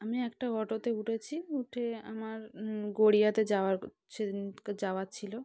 আমি একটা অটোতে উঠেছি উঠে আমার গড়িয়াতে যাওয়ার সেদিনকে যাওয়ার ছিল